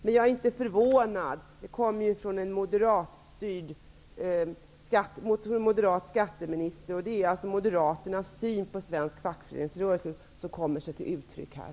Men jag är inte förvånad. Förslaget kommer ju från en moderat skatteminister, och det är alltså Moderaternas syn på svensk fackföreningsrörelse som kommer till uttryck här.